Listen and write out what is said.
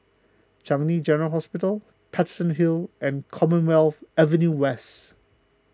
Changi General Hospital Paterson Hill and Commonwealth Avenue West